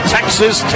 Texas